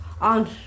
on